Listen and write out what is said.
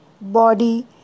body